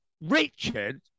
Richard